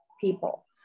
people